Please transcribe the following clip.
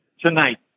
tonight